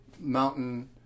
mountain